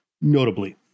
notably